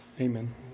Amen